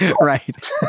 Right